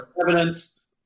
evidence